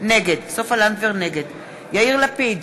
נגד יאיר לפיד,